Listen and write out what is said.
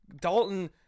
Dalton